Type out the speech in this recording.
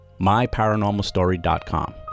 myparanormalstory.com